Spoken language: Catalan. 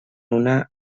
una